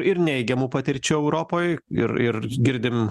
ir neigiamų patirčių europoj ir ir girdim